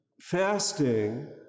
fasting